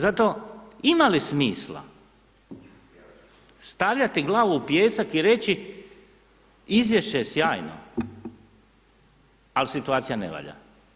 Zato ima li smisla stavljati glavu u pijesak i reći izvješće je sjajno, ali situacija ne valja?